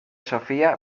sofía